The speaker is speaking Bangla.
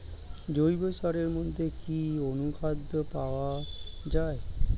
জৈব সারের মধ্যে কি অনুখাদ্য পাওয়া যায়?